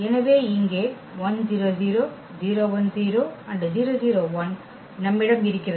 எனவே இங்கே நம்மிடம் இருக்கிறது